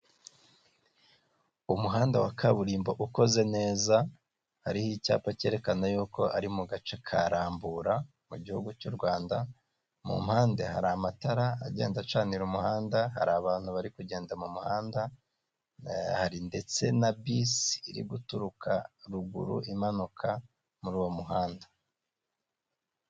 Umuhanda wa kaburimbo ukoze neza, hariho icyapa cyerekana ko ari mu gace ka rambura mu gihugu cy'u Rwanda mu mpande hari amatara agenda acanira umuhanda, hari abantu bari kugenda mu muhanda, hari ndetse na bisi iri guturuka ruguru imanuka muri uwo muhanda.